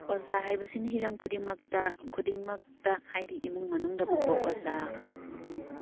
ꯑꯣꯖꯥ ꯍꯥꯏꯕꯁꯤꯅ ꯍꯤꯔꯝ ꯈꯨꯗꯤꯡꯃꯛꯇ ꯈꯨꯗꯤꯡꯃꯛꯇ ꯍꯥꯏꯗꯤ ꯏꯃꯨꯡ ꯃꯅꯨꯡꯗꯐꯧꯕ ꯑꯣꯖꯥ